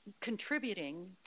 contributing